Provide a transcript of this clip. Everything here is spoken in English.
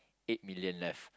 eight million left